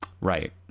Right